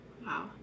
Wow